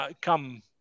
come